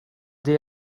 day